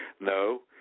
No